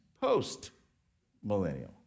post-millennial